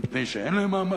מפני שאין להן מעמד.